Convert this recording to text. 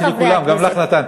נתתי לכולם, גם לך נתתי.